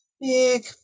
big